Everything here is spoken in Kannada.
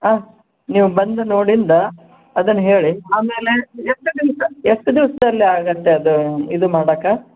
ಹಾಂ ನೀವು ಬಂದು ನೋಡಿದ್ದು ಅದನ್ನು ಹೇಳಿ ಆಮೇಲೆ ಎಷ್ಟು ದಿವಸ ಎಷ್ಟು ದಿವ್ಸದಲ್ಲಿ ಆಗುತ್ತೆ ಅದು ಇದು ಮಾಡೋಕೆ